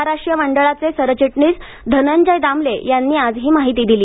महाराष्ट्रीय मंडळाचे सरचिटणीस धनंजय दामले यांनी आज ही माहिती दिली